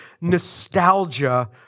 nostalgia